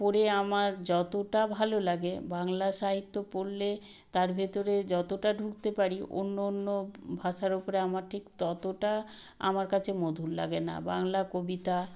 পড়ে আমার যতটা ভালো লাগে বাংলা সাহিত্য পড়লে তার ভিতরে যতটা ঢুকতে পারি অন্য অন্য ভাষার উপরে আমার ঠিক ততটা আমার কাছে মধুর লাগে না বাংলা কবিতা